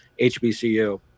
HBCU